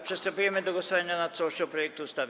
Przystępujemy do głosowania nad całością projektu ustawy.